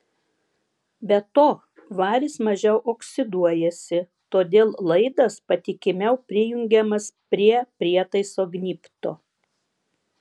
be to varis mažiau oksiduojasi todėl laidas patikimiau prijungiamas prie prietaiso gnybto